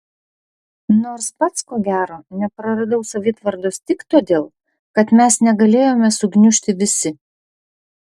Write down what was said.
nors pats ko gero nepraradau savitvardos tik todėl kad mes negalėjome sugniužti visi